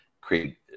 create